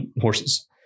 horses